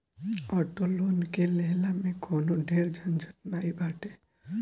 auto loan के लेहला में कवनो ढेर झंझट नाइ बाटे